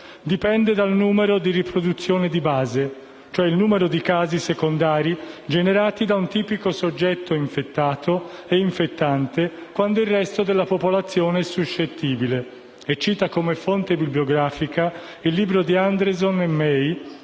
dipende dal numero di riproduzioni di base, cioè il numero di casi secondari generati da un tipico soggetto infettato e infettante, quando il resto della popolazione è suscettibile. E il bollettino cita come fonte bibliografica il libro di Anderson e May,